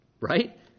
right